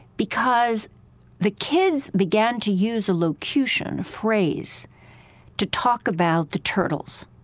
because the kids began to use a locution phrase to talk about the turtles,